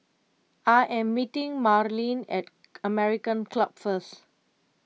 I am meeting Marlene at American Club first